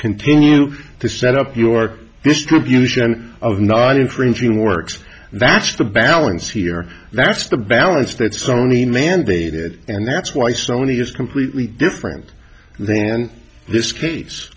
continue to set up your distribution of not infringing works that's the balance here that's the balance that sony mandated and that's why so many is completely different than this case